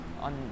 on